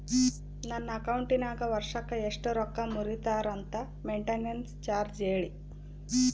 ನನ್ನ ಅಕೌಂಟಿನಾಗ ವರ್ಷಕ್ಕ ಎಷ್ಟು ರೊಕ್ಕ ಮುರಿತಾರ ಮೆಂಟೇನೆನ್ಸ್ ಚಾರ್ಜ್ ಅಂತ ಹೇಳಿ?